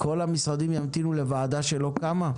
כל המשרדים צריכים להמתין לוועדה שלא קמה?